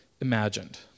imagined